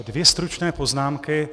Dvě stručné poznámky.